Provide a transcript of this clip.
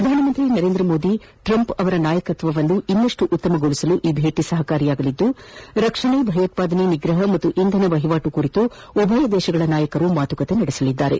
ಪ್ರಧಾನಮಂತ್ರಿ ನರೇಂದ್ರ ಮೋದಿ ಟ್ರಂಪ್ ಅವರ ನಾಯಕತ್ವವನ್ನು ಇನ್ನಷ್ಟು ಉತ್ತಮಗೊಳಿಸಲು ಈ ಭೇಟಿ ಸಹಕಾರಿಯಾಗಲಿದ್ದು ರಕ್ಷಣೆ ಭಯೋತ್ವಾದನೆ ನಿಗ್ರಹ ಮತ್ತು ಇಂಧನ ವಹಿವಾಟು ಕುರಿತು ಉಭಯ ದೇಶಗಳ ನಾಯಕರು ಮಾತುಕತೆ ನಡೆಸಲಿದ್ದಾರೆ